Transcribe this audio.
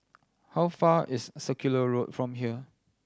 how far is Circular Road from here